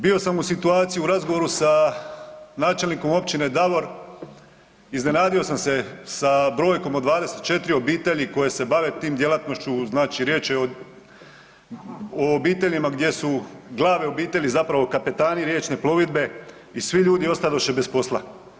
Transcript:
Bio sam u situaciji u razgovoru sa načelnikom općine Davor, iznenadio sam se sa brojkom od 24 obitelji koje se bave tim djelatnošću, znači riječ je o obiteljima gdje su glave obitelji zapravo kapetani riječne plovidbe i svi ljudi ostadoše bez posla.